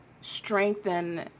strengthen